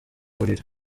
buriri